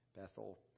Bethel